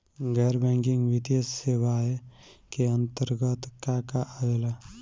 गैर बैंकिंग वित्तीय सेवाए के अन्तरगत का का आवेला?